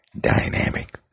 dynamic